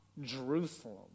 Jerusalem